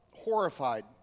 horrified